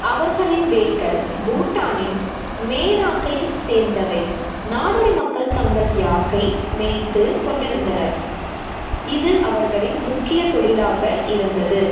அவர்களின் வேர்கள் பூட்டானின் மேராக்கை சேர்ந்தவை நாடோடி மக்கள் தங்கள் யாக்கை மேய்த்து கொண்டிருந்தனர் இது அவர்களின் முக்கிய தொழிலாக இருந்தது